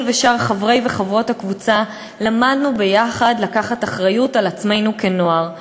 אני ושאר חברי וחברות הקבוצה למדנו יחד לקחת אחריות על עצמנו כנוער.